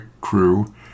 crew